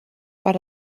but